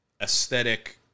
aesthetic